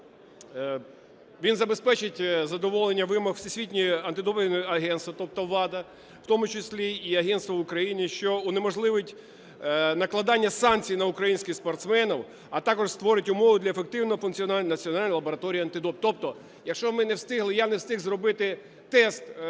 він забезпечить задоволення вимог Всесвітнього антидопінгової агентства, тобто ВАДА, в тому числі і агентства в Україні, що унеможливить накладання санкцій на українських спортсменів, а також створить умови для ефективного функціонування Національної лабораторії антидопінгового... Тобто якщо ми не встигли, я не встиг зробити тест